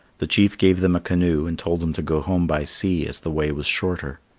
the chief gave them a canoe and told them to go home by sea as the way was shorter.